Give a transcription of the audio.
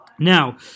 Now